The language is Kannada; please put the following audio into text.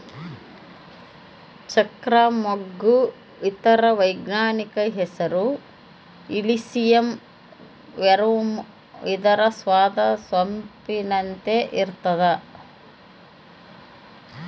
ಚಕ್ರ ಮಗ್ಗು ಇದರ ವೈಜ್ಞಾನಿಕ ಹೆಸರು ಇಲಿಸಿಯಂ ವೆರುಮ್ ಇದರ ಸ್ವಾದ ಸೊಂಪಿನಂತೆ ಇರ್ತಾದ